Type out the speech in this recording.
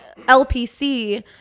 LPC